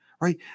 right